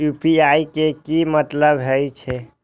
UPI के की मतलब हे छे?